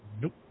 Nope